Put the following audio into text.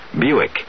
Buick